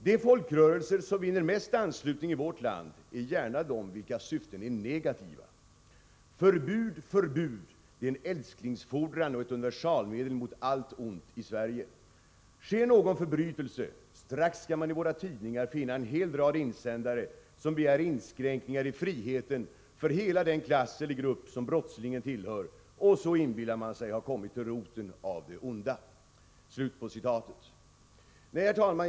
De folkrörelser, som vinner mest anslutning i vårt land, är gärna de, vilkas syften är negativa. Förbud! Förbud! — det är en älsklingsfordran och ett universalmedel mot allt ont i Sverige. Sker någon förbrytelse, — strax skall man i våra tidningar finna en hel rad insändare, som begär inskränkningar i friheten för hela den klass eller grupp, som brottslingen tillhör. Och så inbillar man sig ha kommit till roten av den onda.” Herr talman!